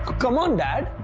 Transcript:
come on, dad.